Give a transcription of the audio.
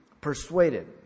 persuaded